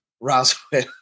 Roswell